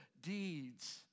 deeds